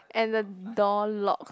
and the door lock